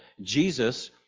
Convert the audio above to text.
Jesus